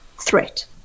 threat